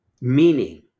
Meaning